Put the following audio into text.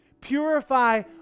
Purify